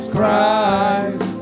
Christ